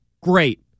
Great